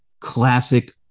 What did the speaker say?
classic